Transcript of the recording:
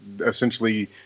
essentially